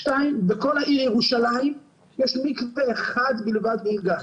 שתיים, בכל העיר ירושלים יש מקווה אחד בלבד מונגש.